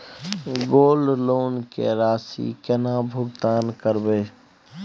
Gold loan के राशि केना भुगतान करबै?